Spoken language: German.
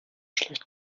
schlecht